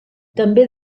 també